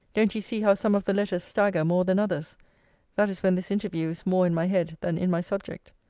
don't you see how some of the letters stagger more than others that is when this interview is more in my head than in my subject.